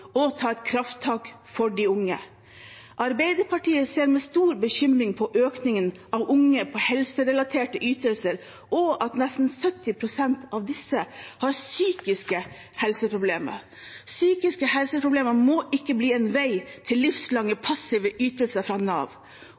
og ta et krafttak for de unge. Arbeiderpartiet ser med stor bekymring på økningen av unge på helserelaterte ytelser og at nesten 70 pst. av disse har psykiske helseproblemer. Psykiske helseproblemer må ikke bli en vei til livslange passive ytelser fra Nav.